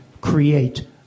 create